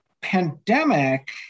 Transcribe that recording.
pandemic